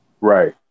Right